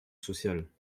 sociale